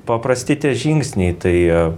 paprasti tie žingsniai tai